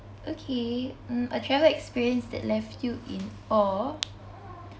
okay mm a travel experience that left you in awe